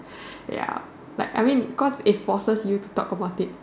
ya but I mean cause it forces you to talk about it